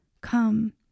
Come